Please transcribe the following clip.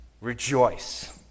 Rejoice